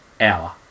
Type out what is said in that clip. hour